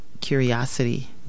curiosity